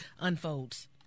unfolds